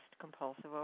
compulsive